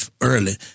Early